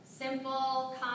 Simple